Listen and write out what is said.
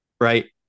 Right